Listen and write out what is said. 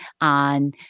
on